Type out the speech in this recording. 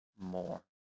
more